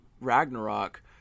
Ragnarok